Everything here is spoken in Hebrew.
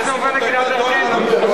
אני מציע,